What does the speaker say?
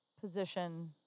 position